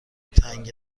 تنگ